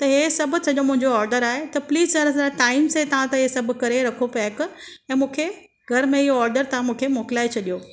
त हे सभु सॼो मुंहिंजो ऑडर आहे त प्लिस ज़रा सा टाइम से तव्हां त हे सभु करे रखो पॅक ऐं मूंखे घर में इहो ऑडर तव्हां मूंखे मोकिलाए छॾियो